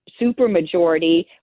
supermajority